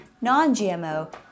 non-GMO